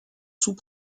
sous